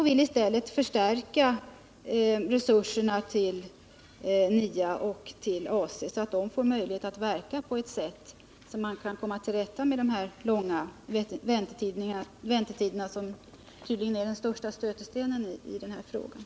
Vi vill i stället förstärka resurserna till NIA och AC, så att de kan komma till rätta med de långa väntetider som tydligen är den största stötestenen i deras verksamhet.